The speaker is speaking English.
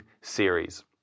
series